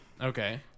Okay